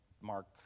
Mark